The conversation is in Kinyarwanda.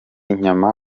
nyama